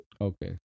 Okay